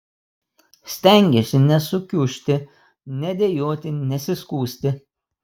stengiuosi nesukiužti nedejuoti nesiskųsti